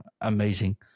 amazing